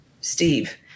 Steve